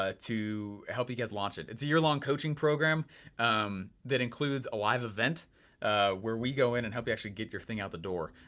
ah to help you guys launch it. it's a year long coaching program that includes a live event where we go in and help you actually get your thing out the door.